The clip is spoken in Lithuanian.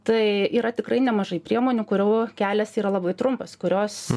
tai yra tikrai nemažai priemonių kurių kelias yra labai trumpas kurios